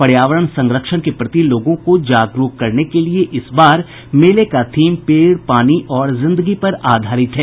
पर्यावरण संरक्षण के प्रति लोगों को जागरूक करने के लिए इस बार मेले का थीम पेड़ पानी और जिंदगी पर आधारित है